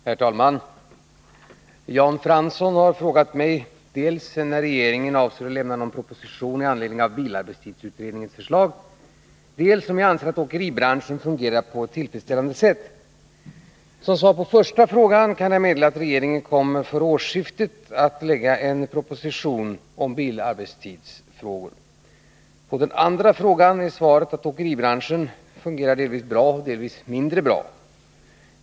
Herr talman! Jan Fransson har frågat mig dels när regeringen avser att lämna någon proposition i anledning av bilarbetstidsutredningens förslag, dels om jag anser att åkeribranschen fungerar på ett tillfredsställande sätt. Som svar på den första frågan kan jag meddela att regeringen avser att före årsskiftet förelägga riksdagen en proposition om bilarbetstidsfrågor. Svaret på Jan Franssons andra fråga är att åkeribranschen fungerar delvis bra och delvis mindre bra.